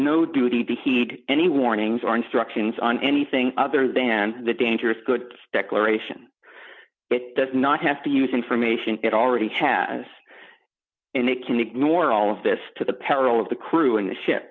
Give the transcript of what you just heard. no duty to heed any warnings or instructions on anything other than the dangerous good declaration it does not have to use information it already has and they can ignore all of this to the peril of the crew in the ship